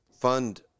fund